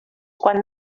quan